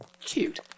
Cute